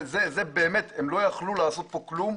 הם באמת לא יכלו לעשות פה כלום,